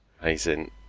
Amazing